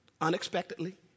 unexpectedly